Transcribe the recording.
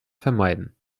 vermeiden